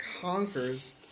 conquers